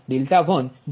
05 અને કોણ 1 જે 0